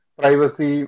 privacy